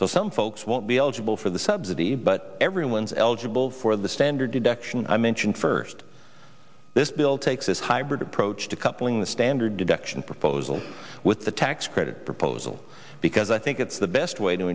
so some folks won't be eligible for the subsidy but everyone's eligible for the standard deduction i mentioned first this bill takes this hybrid approach to coupling the standard deduction proposal with the tax credit proposal because i think it's the best way to